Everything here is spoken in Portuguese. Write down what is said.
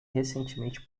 recentemente